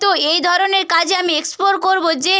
তো এই ধরনের কাজে আমি এক্সপ্লোর করব যে